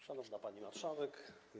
Szanowna Pani Marszałek!